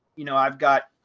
you know, i've got